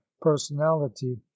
personality